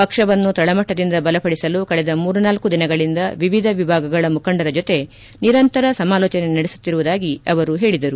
ಪಕ್ಷವನ್ನು ತಳಮಟ್ಟದಿಂದ ಬಲಪಡಿಸಲು ಕಳೆದ ಮೂರು ನಾಲ್ಲು ದಿನಗಳಿಂದ ವಿವಿಧ ವಿಭಾಗಗಳ ಮುಖಂಡರ ಜೊತೆ ನಿರಂತರ ಸಮಾಲೋಚನೆ ನಡೆಸುತ್ತಿರುವುದಾಗಿ ಅವರು ಹೇಳಿದರು